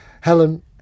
Helen